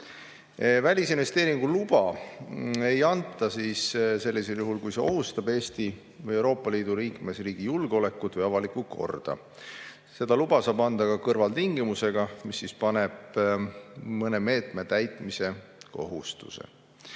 Välisinvesteeringu luba ei anta sellisel juhul, kui see ohustab Eesti või [mõne muu] Euroopa Liidu liikmesriigi julgeolekut või avalikku korda. Seda luba saab anda ka kõrvaltingimusega, mis paneb mõne meetme täitmise kohustuse.